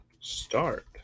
start